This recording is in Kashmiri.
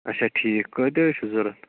اَچھا ٹھیٖک کٲتیٛاہ حظ چھُ ضروٗرت